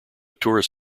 tourist